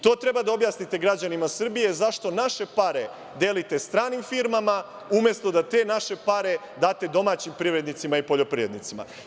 To treba da objasnite građanima Srbije zašto naše pare delite stranim firmama umesto da te naše pare date domaćim privrednicima i poljoprivrednicima.